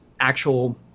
actual